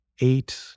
eight